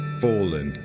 fallen